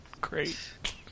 great